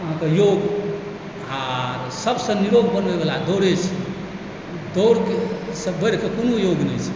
अहाँके योग आओर सबसँ निरोग बनबै लए दौड़े छै दौड़सँ बढ़ि कऽ कोनो योग नहि छै